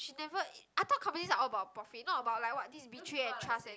she never ev~ I thought companies are all about profit not about like what this is betray and trust and